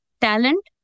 talent